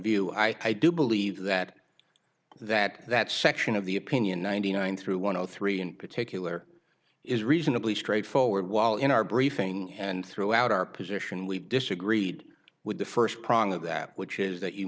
view i do believe that that that section of the opinion ninety nine through one or three in particular is reasonably straightforward while in our briefing and throughout our position we disagreed with the first prong of that which is that you